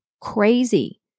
crazy